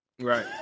Right